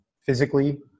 physically